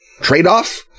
trade-off